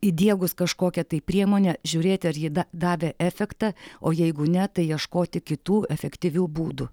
įdiegus kažkokią tai priemonę žiūrėti ar ji da davė efektą o jeigu ne tai ieškoti kitų efektyvių būdų